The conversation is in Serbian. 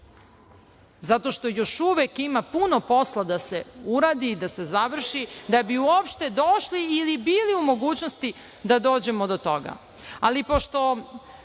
zato što još uvek ima puno posla da se uradi i da se završi, da bi uopšte došli ili bili u mogućnosti da dođemo do toga. Ali, pošto